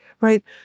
right